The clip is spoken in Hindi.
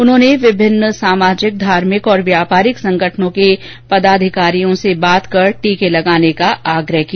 उन्होंने विभिन्न सामाजिक धार्मिक और व्यापारिक संगठनों के पदाधिकारियों से बात कर टीके लगवाने का आग्रह किया